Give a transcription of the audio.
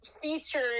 featured